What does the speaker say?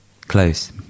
Close